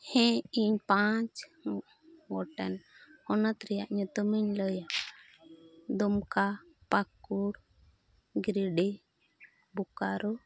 ᱦᱮᱸ ᱤᱧ ᱯᱟᱸᱪ ᱜᱚᱴᱮᱱ ᱯᱚᱱᱚᱛ ᱨᱮᱭᱟᱜ ᱧᱩᱛᱩᱢᱤᱧ ᱞᱟᱹᱭᱟ ᱫᱩᱢᱠᱟ ᱯᱟᱹᱠᱩᱲ ᱜᱤᱨᱤᱰᱤ ᱵᱳᱠᱟᱨᱳ